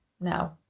now